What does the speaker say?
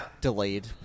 delayed